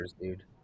dude